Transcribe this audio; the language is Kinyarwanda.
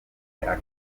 akaba